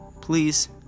Please